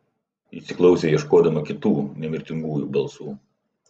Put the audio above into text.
įsiklausė ieškodama kitų nemirtingųjų balsų